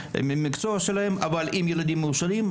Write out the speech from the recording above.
במקצוע שלהם אבל אם הילדים מאושרים,